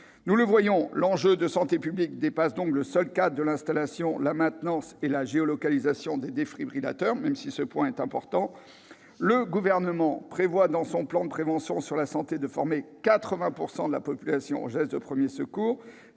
Nous le voyons, l'enjeu de santé publique dépasse le seul cadre de l'installation, de la maintenance et de la géolocalisation des défibrillateurs, même si ce point est important. Le Gouvernement prévoit dans son plan de prévention sur la santé de former 80 % de la population aux gestes de premiers secours.